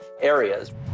areas